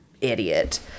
idiot